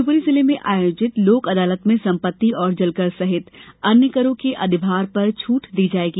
शिवपुरी जिले में आयोजित लोक अदालत में संपति और जल कर सहित अन्य करों के अधिभार पर छूट दी जायेगी